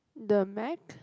the Meg